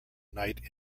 knight